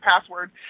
password